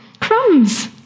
Crumbs